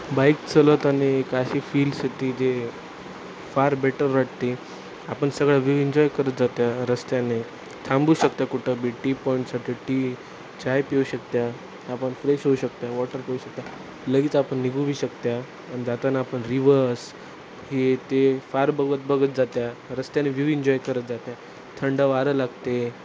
bike चालवताना एक अशी फीलस येते जे फार बेटर वाटते आपण सगळ्या व्यू इन्जॉय करत जातो आहे रस्त्याने थांबू शकतो आहे कुठंबी टी पॉईंटसाठी टी चाय पिऊ शकतो आहे आपण फ्रेश होऊ शकतो आहे वॉटर पिऊ शकतो आहे लगेच आपण निघू बी शकतो आहे आणि जाताना आपण रिव्हर्स हे ते फार बघत बघत जातो आहे रस्त्याने व्यू इन्जॉय करत जातो आहे थंड वारं लागते